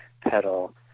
pedal